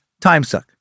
timesuck